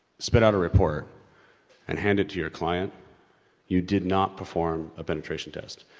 spit out a report and hand it to your client you did not perform a penetration test.